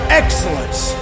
excellence